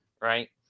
right